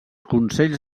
consells